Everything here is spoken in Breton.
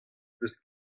peus